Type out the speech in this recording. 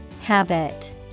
Habit